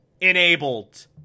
enabled